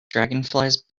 dragonflies